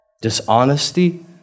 dishonesty